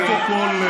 איפה כל,